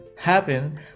happen